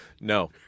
No